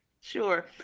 Sure